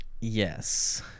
yes